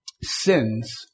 sins